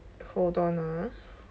hold on ah